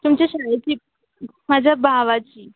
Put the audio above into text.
तुमच्या शाळेची माझ्या भावाची